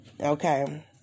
Okay